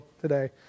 today